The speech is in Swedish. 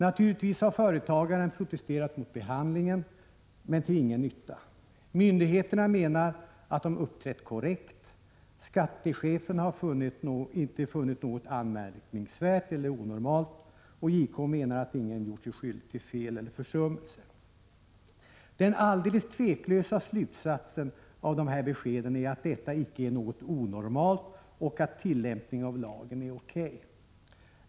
Naturligtvis har företagaren protesterat mot behandlingen men till ingen nytta. Myndigheterna menar att de uppträtt korrekt, skattechefen har inte funnit något anmärkningsvärt eller onormalt och JK menar att ingen gjort sig skyldig till fel eller försummelse. Den alldeles tveklösa slutsatsen av dessa besked är att detta icke är något onormalt och att tillämpningen av lagen är riktig.